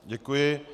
Děkuji.